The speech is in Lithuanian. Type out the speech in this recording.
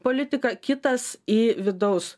politiką kitas į vidaus